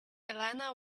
elena